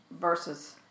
versus